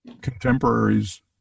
contemporaries